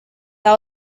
that